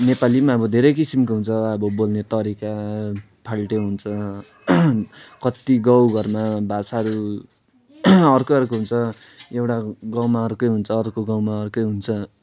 नेपाली पनि अब धेरै किसिमको हुन्छ अब बोल्ने तरिका फाल्टै हुन्छ कति गाउँ घरमा भाषाहरू अर्कै अर्को हुन्छ यो एउटा गाउँमा अर्कै हुन्छ अर्को गाउँमा अर्कै हुन्छ